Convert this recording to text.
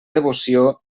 devoció